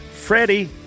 Freddie